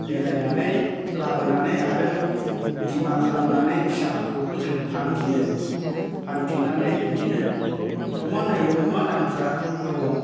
मिलायनानै लाबोनानै आरो बिमा खालामनानै फिसाफोरखौबो जोङो फानफिनो फानफिननानै बिदिनो अमा नायै अमा दामफ्रा दङ